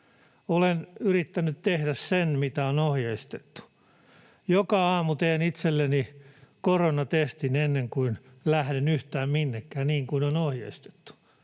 Olen yrittänyt tehdä sen, mitä on ohjeistettu. Joka aamu teen itselleni koronatestin ennen kuin lähden yhtään minnekään, niin kuin on ohjeistettu.